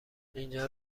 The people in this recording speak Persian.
اینجا